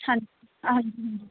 ਹਾਂਜੀ ਹਾਂਜੀ